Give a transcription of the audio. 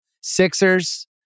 Sixers